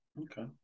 Okay